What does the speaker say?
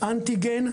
אנטיגן,